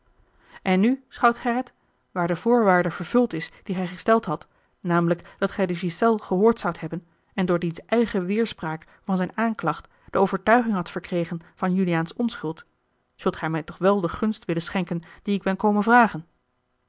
en nu schout gerrit waar de voorwaarde vervuld is die gij gesteld had namelijk dat gij de ghiselles gehoord zoudt hebben en door diens eigen weêrspraak van zijne aanklacht de overtuiging hadt verkregen van juliaans onschuld zult gij mij toch wel de gunst willen schenken die ik ben komen vragen